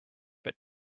but